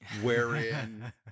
wherein